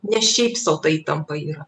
ne šiaip sau ta įtampa yra